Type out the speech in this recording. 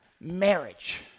marriage